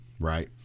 Right